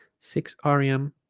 six um rem